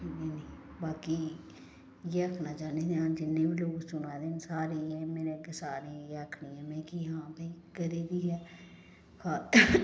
ठीक बाकी इयै आखना चाह्न्नी आं जिन्ने बी लोक सुनै दे न सारें गी एह् मेरे सारें गी इ'यै आखनी में कि हां भाई घरै दी गै खाद